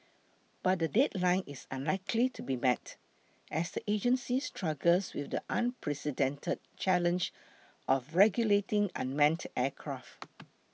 but the deadline is unlikely to be met as the agency struggles with the unprecedented challenge of regulating unmanned aircraft